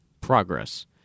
progress